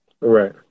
Right